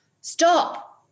stop